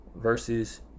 versus